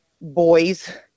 boys